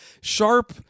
Sharp